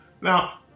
Now